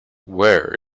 where